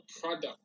product